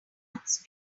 months